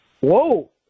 Whoa